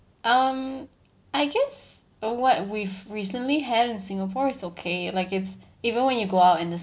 um I guess on what we've recently had in singapore it's okay like it's even when you go out in the